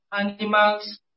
animals